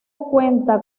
cuenta